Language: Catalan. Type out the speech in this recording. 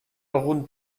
algun